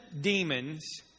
demons